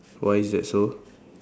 why is that so